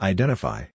Identify